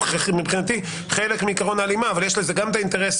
מבחינתי חלק מעיקרון ההלימה אבל יש לזה גם את האינטרס